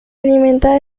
alimenta